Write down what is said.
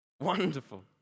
Wonderful